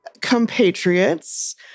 compatriots